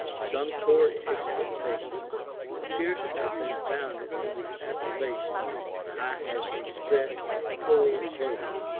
some tory expectations appear to have been founded on the approbation i had expressed of plural voting,